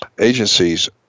agencies